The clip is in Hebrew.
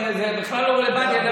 זה בכלל לא רלוונטי.